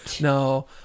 No